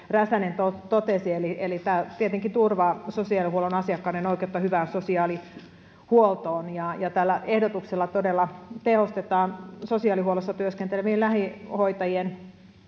räsänen totesi eli eli tämä tietenkin turvaa sosiaalihuollon asiakkaiden oikeutta hyvään sosiaalihuoltoon tällä ehdotuksella todella tehostetaan sosiaalihuollossa työskentelevien lähihoitajien